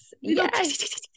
Yes